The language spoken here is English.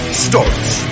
starts